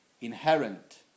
inherent